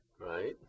right